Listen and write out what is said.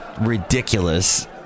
ridiculous